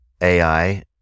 AI